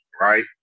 right